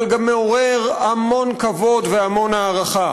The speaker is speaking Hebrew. אבל גם מעורר המון כבוד והמון הערכה